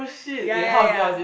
ya ya ya